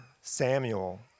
Samuel